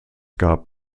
gab